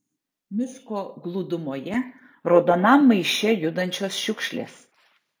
miško glūdumoje raudonam maiše judančios šiukšlės